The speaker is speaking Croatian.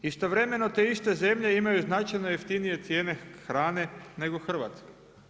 Istovremeno te iste zemlje imaju značajno jeftinije cijene hrane nego Hrvatska.